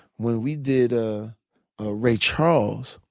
when we did ah ah ray charles,